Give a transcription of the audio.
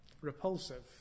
repulsive